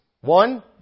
One